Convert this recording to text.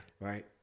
Right